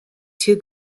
two